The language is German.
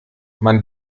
man